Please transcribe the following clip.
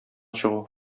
чыгу